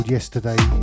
Yesterday